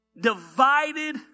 divided